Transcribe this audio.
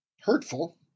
hurtful